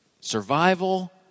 survival